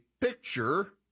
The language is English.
picture